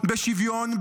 בשוויון,